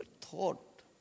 thought